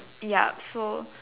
yup so